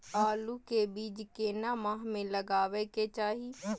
आलू के बीज केना मास में लगाबै के चाही?